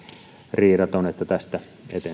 riidaton niin että tästä